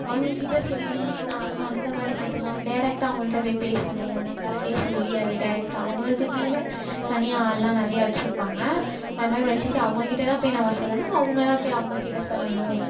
அவங்க கிட்ட சொல்லி அது மா அந்த மாதிரி மட்டும் தான் டைரக்ட்டாக அவங்கள்கிட்ட போய் பேசணும் நம்பளால் பேச முடியாது டைரக்ட்டாக அவர்களுக்குக் கீழே தனியாக ஆளெலாம் நிறைய வைச்சிருப்பாங்க அது மாதிரி வைச்சுக்கிட்டு அவங்க கிட்ட தான் போய் நம்ம சொல்லணும் அவங்க தான் அவங்க கிட்ட சொல்லணும்